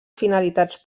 finalitats